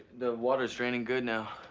the water's draining good now.